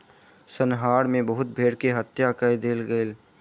संहार मे बहुत भेड़ के हत्या कय देल गेल